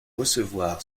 recevoir